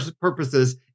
purposes